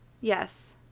yes